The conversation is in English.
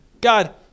God